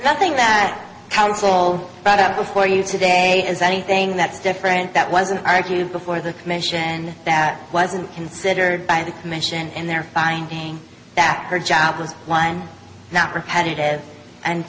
not think that counsel brought up before you today is anything that's different that wasn't argued before the commission and that wasn't considered by the commission and their finding that her job was one not repetitive and